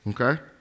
Okay